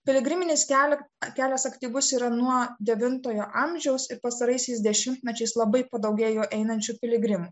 piligriminis kelias kelias aktyvus yra nuo devintojo amžiaus ir pastaraisiais dešimtmečiais labai padaugėjo einančių piligrimų